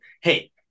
hey